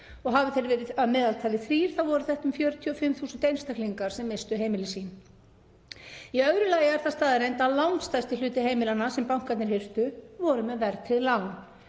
og hafi þeir verið að meðaltali þrír voru þetta um 45.000 einstaklingar sem misstu heimili sín. Í öðru lagi er það staðreynd að langstærsti hluti heimilanna sem bankarnir hirtu voru með verðtryggð